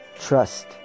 trust